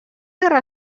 guerra